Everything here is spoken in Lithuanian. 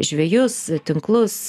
žvejus tinklus